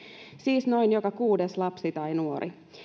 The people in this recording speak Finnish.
siis noin joka kuudes lapsi tai nuori